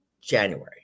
January